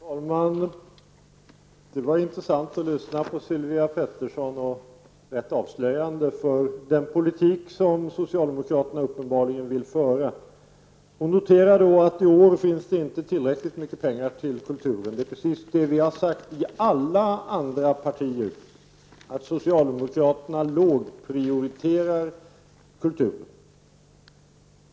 Fru talman! Det var intressant att lyssna till Sylvia Pettersson och rätt avslöjande för den politik som socialdemokraterna uppenbarligen vill föra. Hon noterar att det i år inte finns tillräckligt mycket pengar till kulturen. Det är precis det vi sagt i alla andra partier, att socialdemokraterna lågprioriterar kulturen.